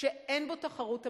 שאין בו תחרות אמיתית,